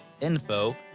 info